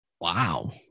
Wow